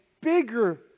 bigger